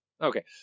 Okay